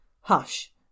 hush